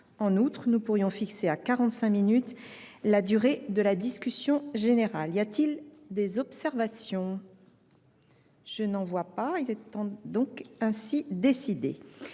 En outre, nous pourrions fixer à 45 minutes la durée de la discussion générale. Y a t il des observations ?… Il en est ainsi décidé.